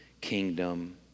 kingdom